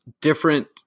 different